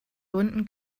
gründen